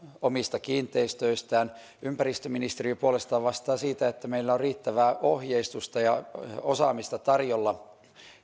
omista kiinteistöistään ympäristöministeriö puolestaan vastaa siitä että meillä on riittävää ohjeistusta ja osaamista tarjolla